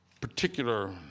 particular